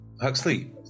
Huxley